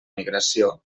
migració